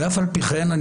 אף על פי כן,